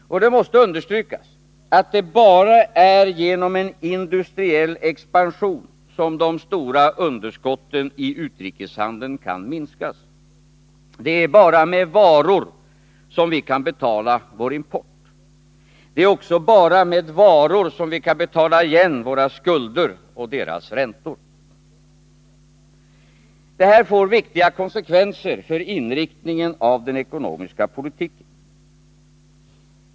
Det måste understrykas att det bara är genom en industriell expansion som de stora underskotten i utrikeshandeln kan minskas. Det är bara med varor som vi kan betala vår import. Det är också bara med varor som vi kan betala igen våra skulder och räntorna. Det här får viktiga konsekvenser för inriktningen av den ekonomiska politiken.